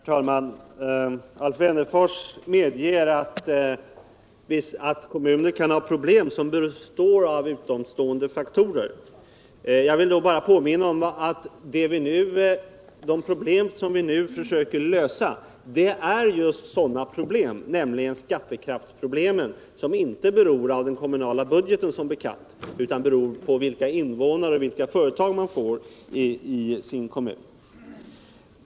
Herr talman! Alf Wennerfors medger att kommuner kan ha problem som beror på utomkommunala faktorer. Jag vill bara påminna om att vad vi nu försöker lösa är just sådana problem, nämligen skattekraftsproblem som inte beror av den kommunala budgeten utan på vilka invånare och företagare man har i sin kommun.